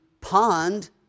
pond